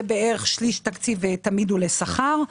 זה בערך שליש תקציב שהוא תמיד לשכר.